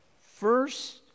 first